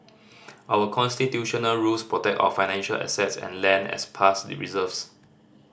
our constitutional rules protect our financial assets and land as past reserves